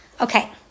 Okay